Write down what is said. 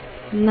Thank you